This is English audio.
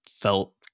felt